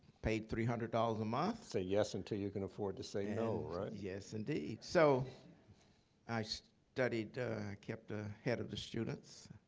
paid three hundred dollars a month. say yes until you can afford to say no, right? yes, indeed. so i so studied, i kept ah ahead of the students,